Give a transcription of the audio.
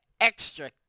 extra